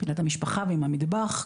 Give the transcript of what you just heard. פינת המשפחה ועם המטבח,